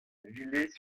villers